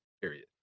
Period